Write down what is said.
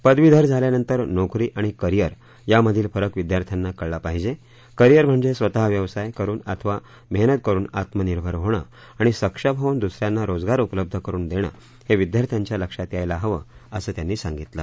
पदवीधर झाल्यानंतर नोकरी आणि करिअर यामधील फरक विद्यार्थ्यांना कळला पाहिजे करिअर म्हणजे स्वत व्यवसाय करुन अथवा मेहनत करुन आत्मनिर्भर होणे आणि सक्षम होऊन दुसऱ्यांना रोजगार उपलब्ध करुन देणं हे विद्यार्थ्यांच्या लक्षात यायला हवं अस त्यांनी सांगितलं